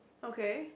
okay